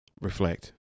Reflect